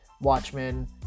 Watchmen